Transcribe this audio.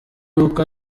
uko